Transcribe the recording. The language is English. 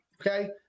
Okay